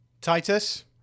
Titus